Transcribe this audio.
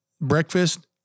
breakfast